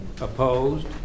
Opposed